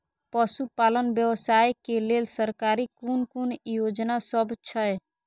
पशु पालन व्यवसाय के लेल सरकारी कुन कुन योजना सब छै?